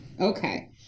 Okay